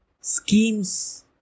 schemes